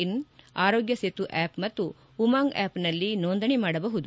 ಇನ್ Aarogya Setu app ಮತ್ತು ಉಮಾಂಗ್ ಆ್ಯಪ್ನಲ್ಲಿ ನೋಂದಣಿ ಮಾಡಬಹುದು